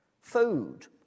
Food